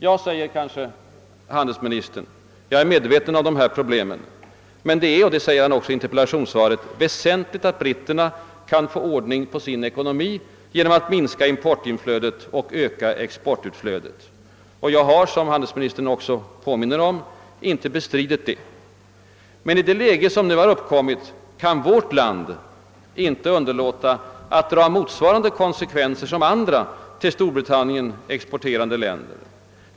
Ja, svarar kanske handelsministern, jag är medveten om dessa problem, men det är — och det säger han också i interpellationssvaret — väsentligt att britterna kan få ordning på sin ekonomi genom att minska importinflödet och öka exportutflödet. Jag har, som handelsministern påminner om, inte bestritt det. Men i det läge som nu uppkommit kan vårt land inte underlåta att dra samma konsekvenser som andra till Storbritannien exporterande länder.